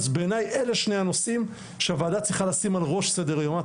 אז בעיניי אלה שני הנושאים שהוועדה צריכה לשים על ראש סדר יומה.